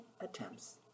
attempts